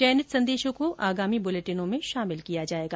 चयनित संदेशों को आगामी बुलेटिनों में शामिल किया जाएगा